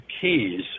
keys